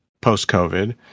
post-covid